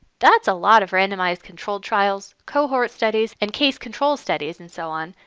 that's a lot of randomized control trials, cohort studies, and case-control studies and so on.